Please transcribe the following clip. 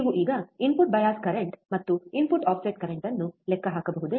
ನೀವು ಈಗ input bias current ಮತ್ತು ಇನ್ಪುಟ್ ಆಫ್ಸೆಟ್ ಕರೆಂಟ್ ಅನ್ನು ಲೆಕ್ಕ ಹಾಕಬಹುದೇ